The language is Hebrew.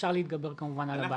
אפשר להתגבר כמובן על הבעיה הזו.